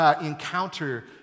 encounter